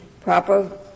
proper